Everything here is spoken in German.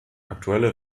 aktuelle